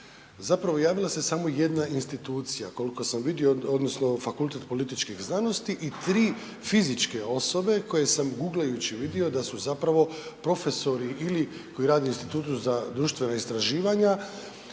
zapravo javila se samo jedna institucija koliko sam vidio odnosno Fakultet političkih znanosti i 3 fizičke osobe koje sam guglajući vidio da su zapravo profesori ili koji rade u Institutu za društvena istraživanja,